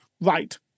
right